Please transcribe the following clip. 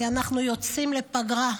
כי אנחנו יוצאים לפגרה.